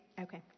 Okay